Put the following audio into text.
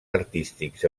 artístics